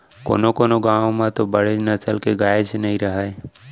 कोनों कोनों गॉँव म तो बड़े नसल के गायेच नइ रहय